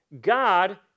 God